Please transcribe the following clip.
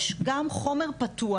יש גם חומר פתוח,